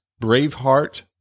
Braveheart